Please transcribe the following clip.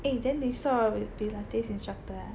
eh then they short of pilates instructor ah